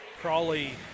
Crawley